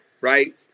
right